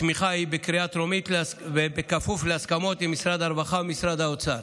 התמיכה היא בקריאה טרומית ובכפוף להסכמות עם משרד הרווחה ומשרד האוצר.